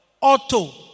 Auto